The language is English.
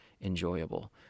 enjoyable